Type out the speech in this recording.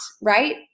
right